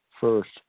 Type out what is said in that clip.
first